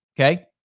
Okay